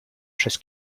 przez